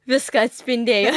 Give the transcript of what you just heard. viską atspindėjo